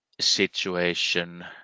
situation